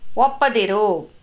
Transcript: ಒಪ್ಪದಿರು